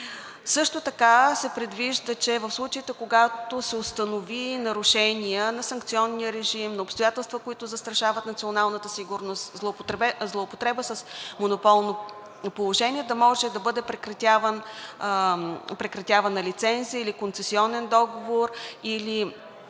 Също така се предвижда, че в случаите, когато се установят нарушения на: санкционния режим, на обстоятелства, които застрашават националната сигурност, злоупотреба с монополно положение, да може да бъде прекратявана лицензия или концесионен договор, или